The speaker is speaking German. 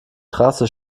trasse